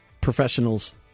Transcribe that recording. Professionals